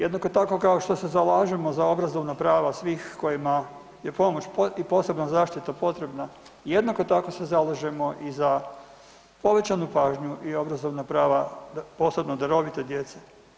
Jednako tako kao što se zalažemo za obrazovna prava svih kojima je pomoć, i posebna zaštita potrebna, jednako tako se zalažemo i za povećanju pažnju i obrazovna prava posebno darovite djece.